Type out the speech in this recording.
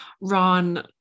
Ron